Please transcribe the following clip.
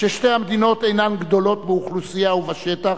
ששתי המדינות אינן גדולות באוכלוסייה ובשטח,